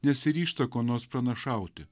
nesiryžta ko nors pranašauti